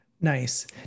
Nice